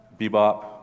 Bebop